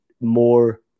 more